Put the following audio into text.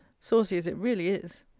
saucy as it really is.